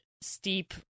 steep